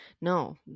no